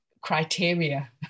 criteria